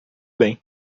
bem